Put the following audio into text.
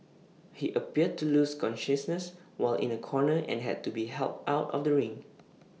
he appeared to lose consciousness while in A corner and had to be helped out of the ring